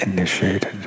Initiated